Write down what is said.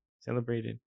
celebrated